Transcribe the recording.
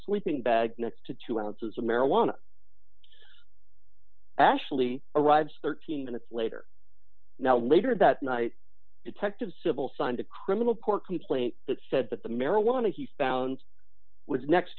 sleeping bag next to two ounces of marijuana actually arrives thirteen minutes later now later that night detectives civil signed a criminal court complaint that said that the marijuana he found was next